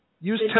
Use